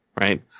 right